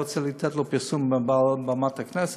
אני לא רוצה לתת לו פרסום מעל במת הכנסת.